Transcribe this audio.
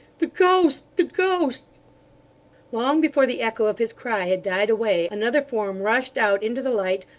the ghost! the ghost long before the echo of his cry had died away, another form rushed out into the light,